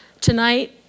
Tonight